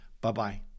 Bye-bye